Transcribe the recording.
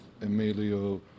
Emilio